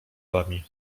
wami